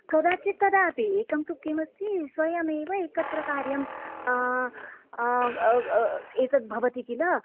कदाचित् तदापि एकं तु किमस्ति स्वयमेव एकत्र कार्यम् एतद् भवति किल